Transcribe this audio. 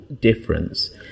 difference